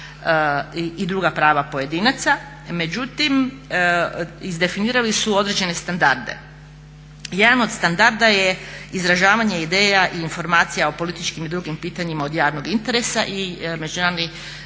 i druga prava pojedinaca, međutim iz definirali su određene standarde. Jedan od standarda je izražavanje ideja i informacija o političkim i drugim pitanjima od javnog interesa i Međunarodni